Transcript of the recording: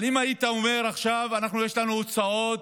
אם היית אומר עכשיו שיש לנו הוצאות